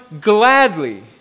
gladly